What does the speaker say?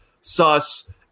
sus